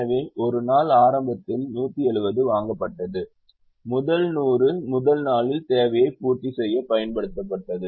எனவே 1 நாள் ஆரம்பத்தில் 170 வாங்கப்பட்டது முதல் 100 முதல் நாளின் தேவையைப் பூர்த்தி செய்ய பயன்படுத்தப்பட்டது